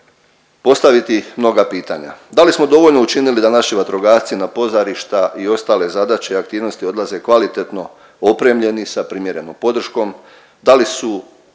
postaviti mnoga pitanja. Da li smo dovoljno učinili da naši vatrogasci na pozarišta i ostale zadaće i aktivnosti odlaze kvalitetno opremljeni sa primjerenom podrškom,